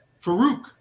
farouk